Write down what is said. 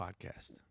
Podcast